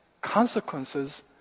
consequences